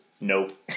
Nope